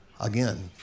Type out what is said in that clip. again